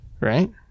Right